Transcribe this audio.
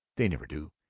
they never do.